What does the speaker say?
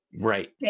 Right